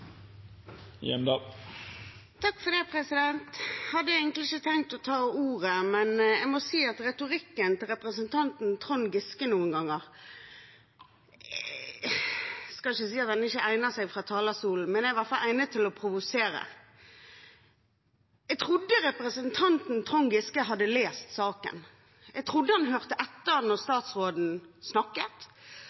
hadde egentlig ikke tenkt å ta ordet, men jeg må si at retorikken til representanten Trond Giske noen ganger – jeg skal ikke si at den ikke egner seg fra talerstolen, men den er i hvert fall egnet til å provosere. Jeg trodde representanten Trond Giske hadde lest saken. Jeg trodde han hørte etter når statsråden snakket,